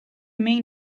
main